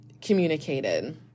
communicated